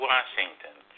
Washington